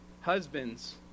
Husbands